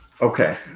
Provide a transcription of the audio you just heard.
Okay